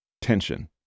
tension